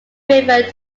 river